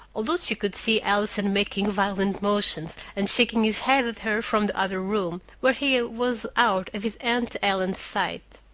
although she could see allison making violent motions and shaking his head at her from the other room, where he was out of his aunt ellen's sight.